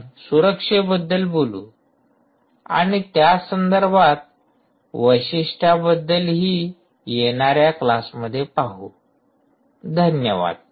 आपण सुरक्षेबद्दल बोलू आणि त्यासंदर्भात वैशिष्ट्यांबद्दल ही येणाऱ्या क्लासमध्ये पाहू धन्यवाद